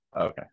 Okay